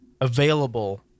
available